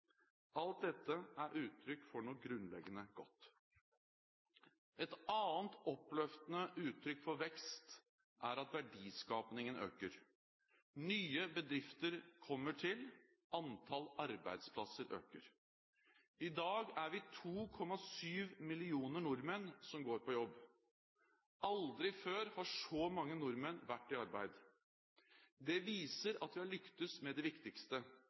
Alt dette er uttrykk for noe grunnleggende godt. Et annet oppløftende uttrykk for vekst er at verdiskapingen øker. Nye bedrifter kommer til. Antallet arbeidsplasser øker. I dag er vi 2,7 millioner nordmenn som går på jobb. Aldri før har så mange nordmenn vært i arbeid. Det viser at vi har lyktes med det viktigste: